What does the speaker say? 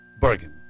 Bergen